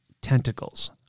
Tentacles